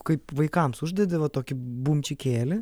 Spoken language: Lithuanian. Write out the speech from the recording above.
kaip vaikams uždedi va tokį bumčikėlį